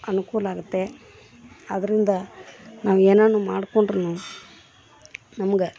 ಅನುಕೂಲ ಆಗುತ್ತೆ ಅದರಿಂದ ನಾವು ಏನನ್ನು ಮಾಡ್ಕೊಂಡ್ರು ನಮ್ಗೆ